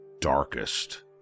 darkest